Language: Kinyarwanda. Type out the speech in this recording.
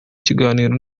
kiganiro